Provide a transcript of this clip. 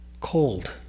cold